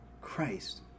Christ